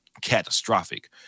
catastrophic